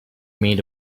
made